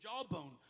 jawbone